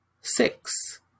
six